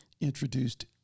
introduced